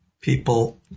people